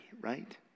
right